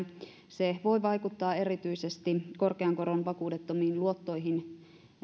se voi vaikuttaa erityisesti korkean koron vakuudettomiin luottoihin